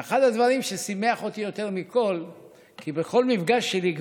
ואחד הדברים ששימח אותי יותר מכול הוא שבכל מפגש שלי,